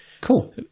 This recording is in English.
cool